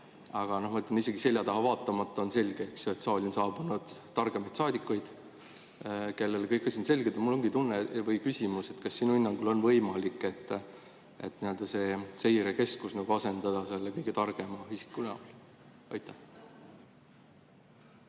Aga isegi selja taha vaatamata on selge, et saali on saabunud targemaid saadikuid, kellele kõik on selge. Mul ongi küsimus: kas sinu hinnangul on võimalik, et see seirekeskus asendada selle kõige targema isikuga? Aitäh!